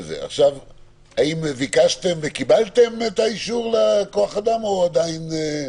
האם ביקשתם וקיבלתם את האישור לכוח אדם או עדיין -?